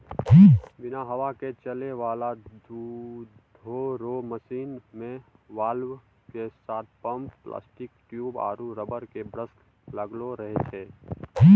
बिना हवा के चलै वाला दुधो रो मशीन मे वाल्व के साथ पम्प प्लास्टिक ट्यूब आरु रबर के ब्रस लगलो रहै छै